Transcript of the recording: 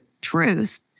truth